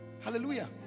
hallelujah